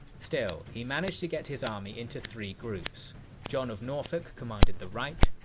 still, he managed to get his army into three groups john of norfolk commanded the right,